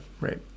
Right